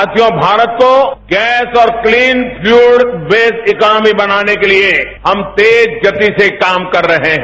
साथियों भारत को गैस और क्लीन फ्यूल देस इकोनॉमिक बनाने के लिए हम तेज गति से काम कर रहे हैं